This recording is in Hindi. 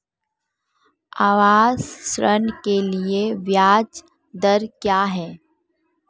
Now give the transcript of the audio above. आवास ऋण के लिए ब्याज दर क्या हैं?